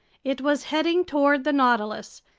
it was heading toward the nautilus,